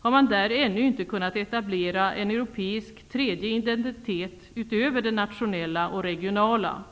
har man där ännu inte kunnat etablera en europeisk tredje identitet utöver den nationella och regionala.